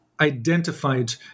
identified